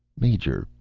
major,